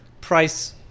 price